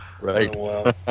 Right